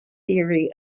theory